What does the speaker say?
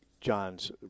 John's